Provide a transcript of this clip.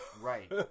Right